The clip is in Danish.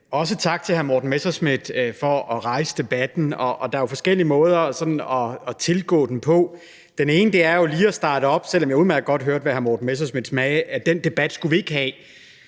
også tak til hr. Morten Messerschmidt for at rejse debatten, og der er jo forskellige måder sådan at tilgå den på. Den ene er jo lige at starte op, selv om jeg udmærket godt hørte, hvad hr. Morten Messerschmidt sagde, altså at den debat skulle vi ikke have,